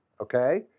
Okay